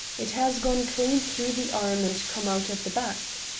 it has gone clean through the arm and come out at the back.